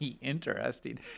interesting